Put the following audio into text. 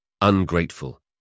ungrateful